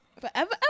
Forever